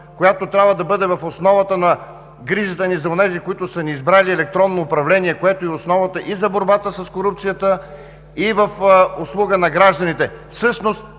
която трябва да бъде в основата на грижата ни за онези, които са ни избрали – електронно управление, което е основата и за борбата с корупцията, и в услуга на гражданите. Всъщност